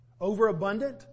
Overabundant